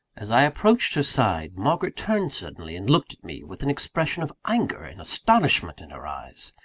as i approached her side, margaret turned suddenly and looked at me, with an expression of anger and astonishment in her eyes.